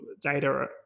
data